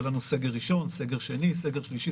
היה לנו סגר ראשון, סגר שני, סגר שלישי.